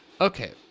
Okay